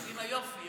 עם היופי.